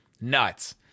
Nuts